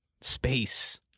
Space